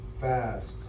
fast